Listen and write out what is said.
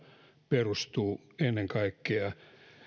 perustuu ennen kaikkea